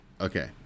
okay